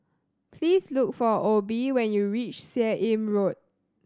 please look for Obe when you reach Seah Im Road